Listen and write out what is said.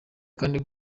kandi